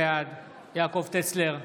בעד יעקב טסלר,